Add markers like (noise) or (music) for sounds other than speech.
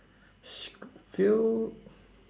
(noise)